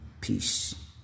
Peace